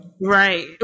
Right